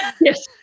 Yes